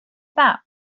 that